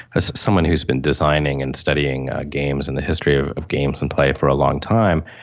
as someone who has been designing and studying games and the history of of games and play for a long time,